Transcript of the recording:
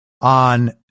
on